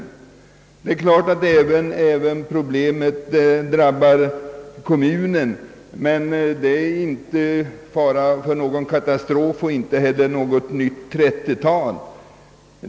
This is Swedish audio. Givetvis drabbar svårigheterna även kommunen, men där föreligger ingen fara för katastrof och inte heller för ett nytt 1930-tal.